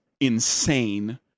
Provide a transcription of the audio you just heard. insane